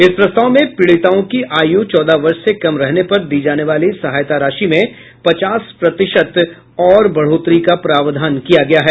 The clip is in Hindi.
इस प्रस्ताव में पीड़िताओं की आय़् चौदह वर्ष से कम रहने पर दी जाने वाली सहायता राशि में पचास प्रतिशत और बढ़ोतरी का प्रावधान किया गया है